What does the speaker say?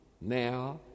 now